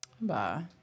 Bye